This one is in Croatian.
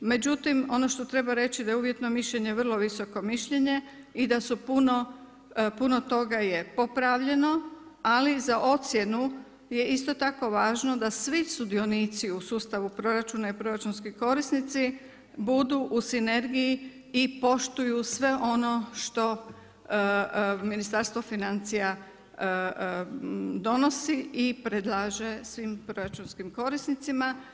Međutim ono što treba reći da je uvjetno mišljenje vrlo visoko mišljenje i da je puno toga popravljeno, ali za ocjenu je isto tako važno da svi sudionici u sustavu proračuna i proračunski korisnici budu u sinergiji i poštuju sve ono što Ministarstvo financija donosi i predlaže svim proračunskim korisnicima.